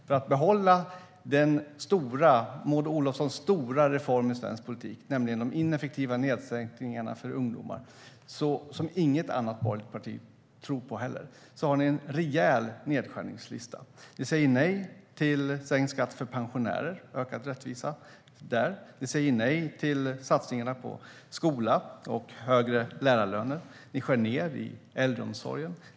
För att behålla Maud Olofssons stora reform i svensk politik - nämligen de ineffektiva sänkningarna av arbetsgivaravgifterna för ungdomar, som inget annat borgerligt parti tror på - har ni en rejäl nedskärningslista. Ni säger nej till sänkt skatt för pensionärer och ökad rättvisa. Ni säger nej till satsningarna på skola och högre lärarlöner. Ni skär ned i äldreomsorgen.